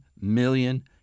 million